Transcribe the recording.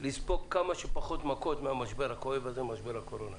לספוג כמה שפחות מכות ממשבר הקורונה הכואב הזה.